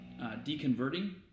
deconverting